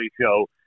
show